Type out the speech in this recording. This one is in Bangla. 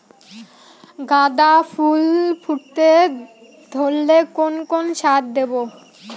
গাদা ফুল ফুটতে ধরলে কোন কোন সার দেব?